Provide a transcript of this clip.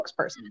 spokesperson